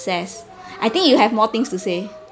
success I think you have more things to say